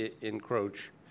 encroach